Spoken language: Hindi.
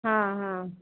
हाँ हाँ